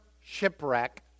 shipwreck